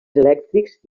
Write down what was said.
elèctrics